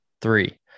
Three